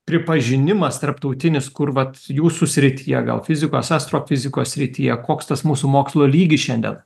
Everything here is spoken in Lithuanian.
pripažinimas tarptautinis kur vat jūsų srityje gal fizikos astrofizikos srityje koks tas mūsų mokslo lygis šiandien